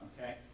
Okay